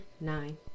nine